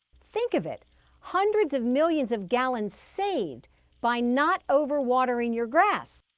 think of it hundreds of millions of gallons saved by not overwatering your grass,